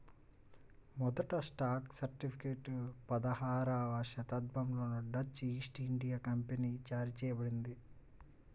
మొదటి stock certificate పదహారవ శతాబ్దంలోనే డచ్ ఈస్ట్ ఇండియా కంపెనీచే జారీ చేయబడింది